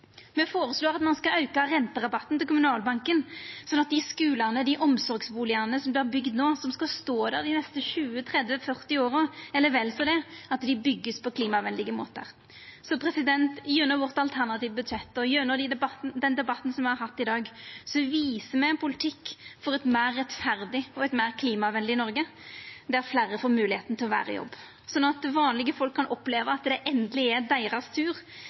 Me føreslår at ein skal auka renterabatten til Kommunalbanken, sånn at dei skulane og omsorgsbustadane som vert bygde no, som skal stå der dei neste 20, 30, 40 åra eller vel så det, vert bygde på klimavenlege måtar. Gjennom vårt alternative budsjett og gjennom den debatten me har hatt i dag, viser me ein politikk for eit meir rettferdig og eit meir klimavenleg Noreg der fleire får moglegheita til å vera i jobb, sånn at vanlege folk kan oppleva at det endeleg er deira tur,